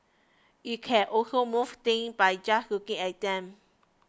it can also move things by just looking at them